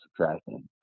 subtracting